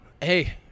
hey